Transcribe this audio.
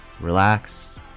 relax